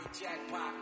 jackpot